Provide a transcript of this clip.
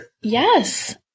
yes